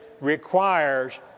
requires